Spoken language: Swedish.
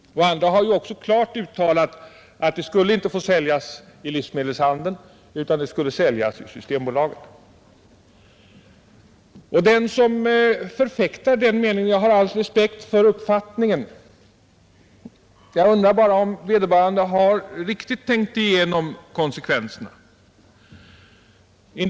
Andra har klart uttalat att det inte skulle få säljas i livsmedelshandeln utan i systembutikerna. Jag har all respekt för den uppfattningen, men jag undrar om de som förfäktar den meningen riktigt tänkt igenom konsekvenserna.